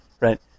right